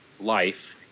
life